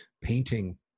painting